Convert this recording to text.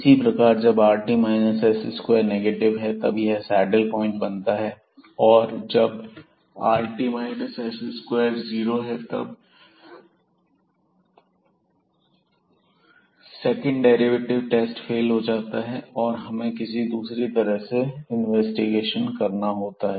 इसी प्रकार जब rt s2 नेगेटिव है तब यह सैडल पॉइंट बनता है और जब rt s2 जीरो है तब यह सेकंड डेरिवेटिव का टेस्ट फेल हो जाता है और हमें किसी दूसरे तरीके से आगे इन्वेस्टिगेशन करनी होती है